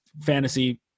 fantasy